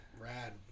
rad